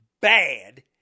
bad